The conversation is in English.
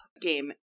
game